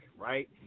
right